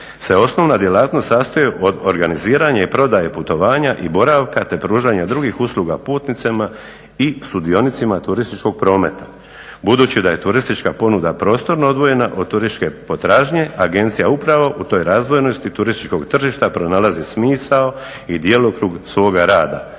se osnovna djelatnost sastoji od organiziranja i prodaje putovanja i boravka te pružanja drugih usluga putnicima i sudionicima turističkog prometa. Budući da je turistička ponuda prostorno odvojena od turističke potražnje, agencija upravo u toj razdvojenosti turističkog tržišta pronalazi smisao i djelokrug svoga rada,